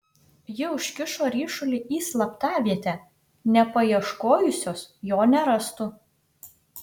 ji užkišo ryšulį į slaptavietę nepaieškojusios jo nerastų